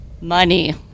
money